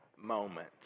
moment